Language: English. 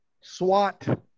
SWAT